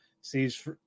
sees